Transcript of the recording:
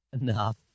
enough